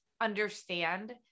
Understand